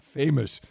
famous